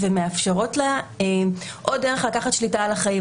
ומאפשרות לה עוד דרך לקחת שליטה על החיים.